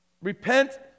repent